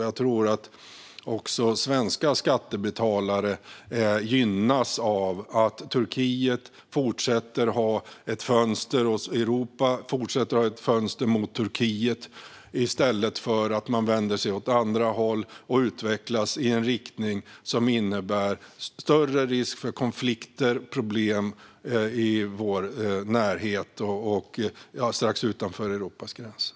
Jag tror att också svenska skattebetalare gynnas av att Turkiet fortsätter att ha ett fönster mot Europa och att Europa fortsätter att ha ett fönster mot Turkiet, i stället för att man vänder sig åt andra håll och utvecklas i en riktning som innebär större risk för konflikter och problem i vår närhet och strax utanför Europas gränser.